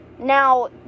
Now